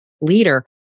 leader